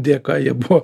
dėka jie buvo